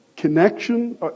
connection